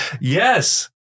Yes